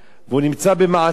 והוא נמצא במעצר-בית